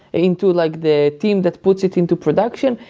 into like the team that puts it into production.